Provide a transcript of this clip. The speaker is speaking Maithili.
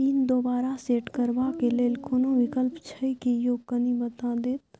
पिन दोबारा सेट करबा के लेल कोनो विकल्प छै की यो कनी बता देत?